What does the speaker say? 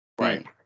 Right